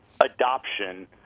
adoption